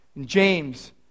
James